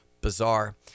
bizarre